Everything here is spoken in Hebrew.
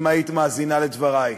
אם היית מאזינה לדברי.